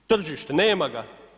Tržište, nema ga.